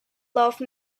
love